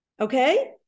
okay